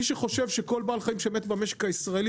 מי שחושב שכל בעל חיים שמת במשק הישראלי